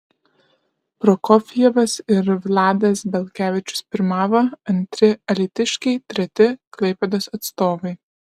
prokofjevas ir vladas belkevičius pirmavo antri alytiškiai treti klaipėdos atstovai